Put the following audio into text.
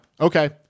okay